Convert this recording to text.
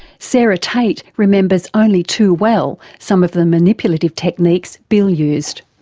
sarah tate remembers only too well some of the manipulative techniques bill used.